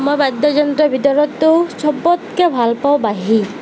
মই বাদ্যযন্ত্ৰৰ ভিতৰততো সবতকৈ ভাল পাওঁ বাঁহী